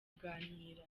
kuganira